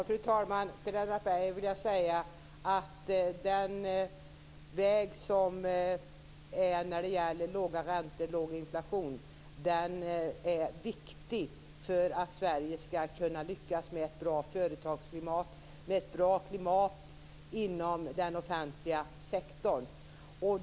Fru talman! Till Lennart Beijer vill jag säga att den väg som valts när det gäller låga räntor och låg inflation är viktig för att Sverige skall kunna lyckas med ett bra företagsklimat och med ett bra klimat inom den offentliga sektorn.